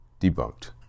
Debunked